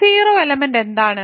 0 element എന്താണ്